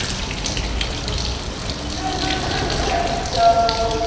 and i think it works for this. cause berserk is, like, so.